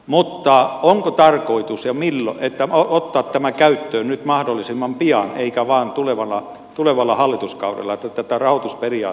mutta onko tarkoitus ottaa tämä käyttöön nyt mahdollisimman pian eikä vain tulevalla hallituskaudella että tätä rahoitusperiaatetta seurataan